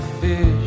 fish